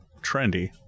trendy